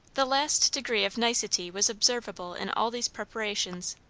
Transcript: the last degree of nicety was observable in all these preparations.